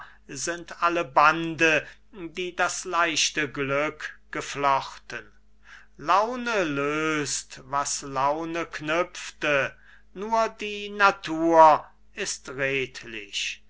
sind alle bande die das leichte glück geflochten laune löst was laune knüpft nur die natur ist redlich